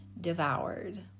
devoured